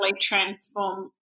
transform